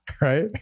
right